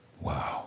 Wow